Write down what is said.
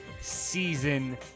season